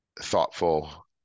thoughtful